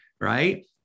right